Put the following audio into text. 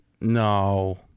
No